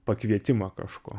pakvietimą kažko